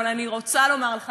אבל אני רוצה לומר לך,